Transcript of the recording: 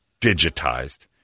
digitized